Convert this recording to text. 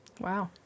wow